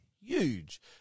huge